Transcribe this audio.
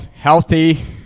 healthy